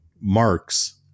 marks